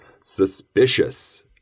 suspicious